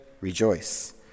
rejoice